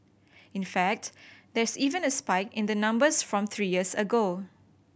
in fact there's even a spike in the numbers from three years ago